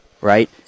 right